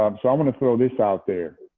um so i'm going to throw this out there.